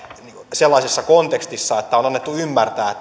sellaisessa kontekstissa että on annettu ymmärtää